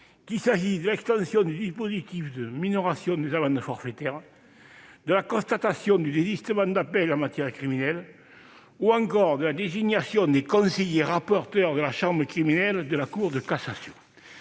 qu'il s'agisse de l'extension du dispositif de minoration des amendes forfaitaires, de la constatation du désistement d'appel en matière criminelle ou encore de la désignation des conseillers rapporteurs de la chambre criminelle de la Cour de cassation.